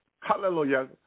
Hallelujah